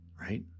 right